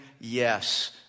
yes